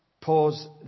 pause